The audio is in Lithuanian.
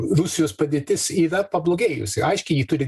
rusijos padėtis yra pablogėjusi aiškiai ji turi